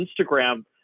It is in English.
Instagram